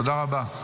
תודה רבה.